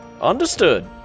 Understood